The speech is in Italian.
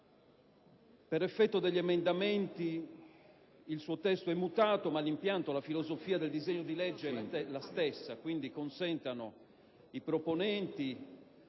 per effetto degli emendamenti il suo testo è mutato ma l'impianto e la filosofia del disegno di legge sono gli stessi. Quindi - consentano i proponenti